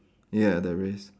ya there is